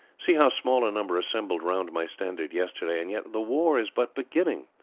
see how small a number assembled round my standard yesterday, and yet the war is but beginning.